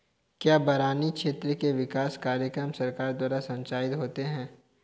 क्या बरानी क्षेत्र के विकास कार्यक्रम सरकार द्वारा संचालित होते हैं?